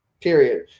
Period